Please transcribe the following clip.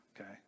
okay